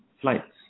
Flights